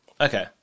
okay